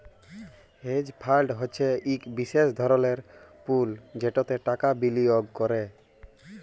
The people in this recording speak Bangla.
হেজ ফাল্ড হছে ইক বিশেষ ধরলের পুল যেটতে টাকা বিলিয়গ ক্যরে